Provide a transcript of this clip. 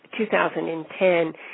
2010